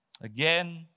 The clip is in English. Again